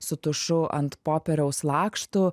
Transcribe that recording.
su tušu ant popieriaus lakštų